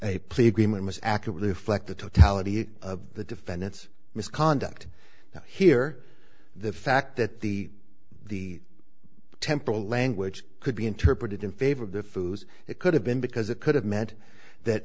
a plea agreement was accurately reflect the totality of the defendant's misconduct here the fact that the the temporal language could be interpreted in favor of the food it could have been because it could have meant that